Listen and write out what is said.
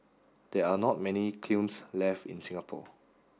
there are not many kilns left in Singapore